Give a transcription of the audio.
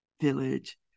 village